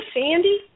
Sandy